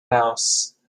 house